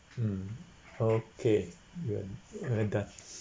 hmm okay we're we're done